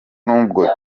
nubwo